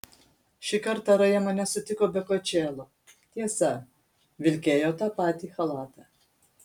šį kartą raja mane sutiko be kočėlo tiesa vilkėjo tą patį chalatą